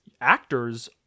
actors